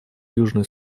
южный